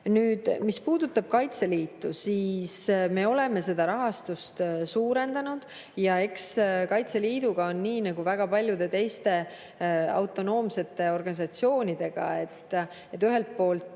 seda. Nüüd, mis puudutab Kaitseliitu, siis me oleme seda rahastust suurendanud. Eks Kaitseliiduga on nii nagu väga paljude teiste autonoomsete organisatsioonidega, näiteks